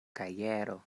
kajero